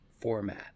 format